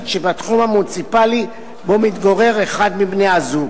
שבתחום המוניציפלי שבו מתגורר אחד מבני-הזוג.